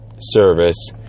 service